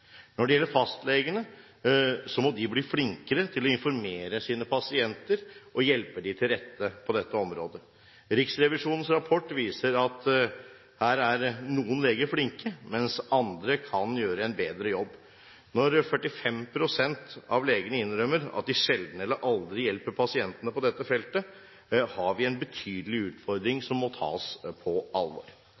Når det gjelder fastlegene, må de bli flinkere til å informere sine pasienter og hjelpe dem til rette på dette området. Riksrevisjonens rapport viser at her er noen leger flinke, mens andre kan gjøre en bedre jobb. Når 45 pst. av legene innrømmer at de sjelden eller aldri hjelper pasientene på dette feltet, har vi en betydelig utfordring, som må tas på alvor.